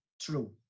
true